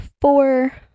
four